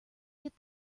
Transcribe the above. get